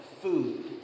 food